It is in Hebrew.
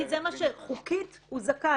כי חוקית הוא זכאי.